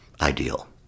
ideal